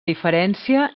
diferència